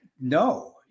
No